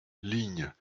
lignes